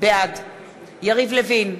בעד יריב לוין,